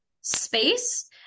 space